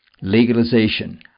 legalization